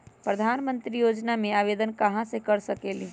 प्रधानमंत्री योजना में आवेदन कहा से कर सकेली?